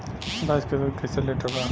भैंस के दूध कईसे लीटर बा?